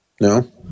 No